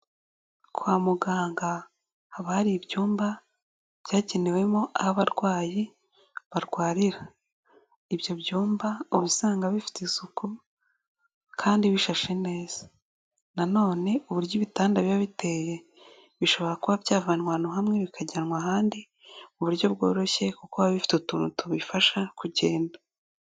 Kwa muganga haba hari ibyumba byagenewemo abarwayi barwarira. Ibyo byumba ubu usanga bifite isuku kandi bishashe neza. Na none uburyo ibitanda biba biteye bishobora kuba byavanwa ahantu hamwe bikajyanwa ahandi mu buryo bworoshye kuko biba bifite utuntu tubifasha kugenda.